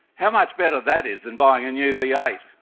how much better that is than buying a new v eight.